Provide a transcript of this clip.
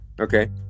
Okay